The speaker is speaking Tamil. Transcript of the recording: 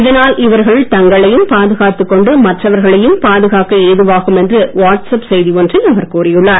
இதனால் இவர்கள் தங்களையும் பாதுகாத்துக் கொண்டு மற்றவர்களையும் பாதுகாக்க ஏதுவாகும் என்று வாட்ஸ்அப் செய்தி ஒன்றில் அவர் கூறியுள்ளார்